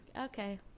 Okay